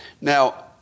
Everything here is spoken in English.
Now